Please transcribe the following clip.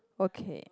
okay